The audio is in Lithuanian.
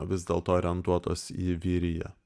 vis dėlto orientuotos į vyriją